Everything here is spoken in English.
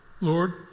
Lord